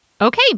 Okay